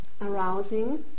arousing